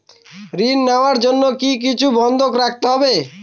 ঋণ নেওয়ার জন্য কি কিছু বন্ধক রাখতে হবে?